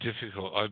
difficult